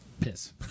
piss